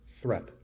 threat